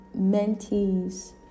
mentees